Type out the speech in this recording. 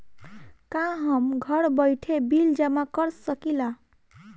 का हम घर बइठे बिल जमा कर शकिला?